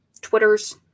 Twitters